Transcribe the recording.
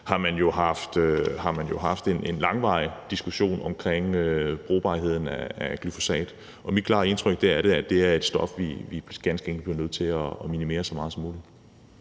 har man haft en langvarig diskussion omkring brugbarheden af glyfosat. Mit klare indtryk af det er, at det er et stof, vi ganske enkelt bliver nødt til at minimere så meget som muligt.